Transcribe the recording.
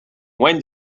when